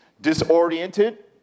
disoriented